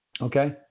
Okay